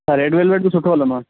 हा red velvet बि सुठो हलंदो आहे